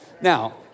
Now